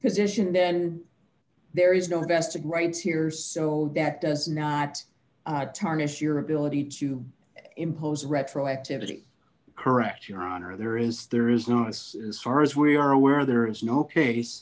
position then there is no investigate rights here so that does not tarnish your ability to impose retroactivity correct your honor there is there is no us as far as we are aware there is no case